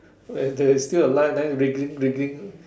when they is still alive then wiggling wiggling